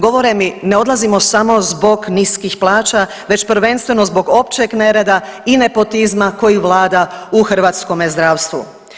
Govore mi ne odlazimo samo zbog niskih plaća već prvenstveno zbog općeg nereda i nepotizma koji vlada u hrvatskome zdravstvu.